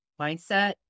mindset